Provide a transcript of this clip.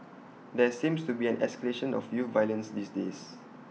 there seems to be an escalation of youth violence these days